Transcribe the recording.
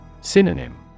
Synonym